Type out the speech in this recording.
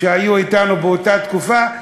הם היו אתנו באותה תקופה.